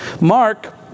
Mark